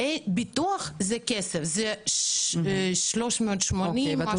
ביטוח זה כסף, 380, משהו כזה.